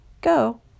go